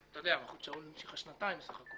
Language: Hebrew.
בעיקר בגלל העובדה שהוא לא החיל את חוקי העבודה על יהודה